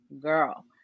girl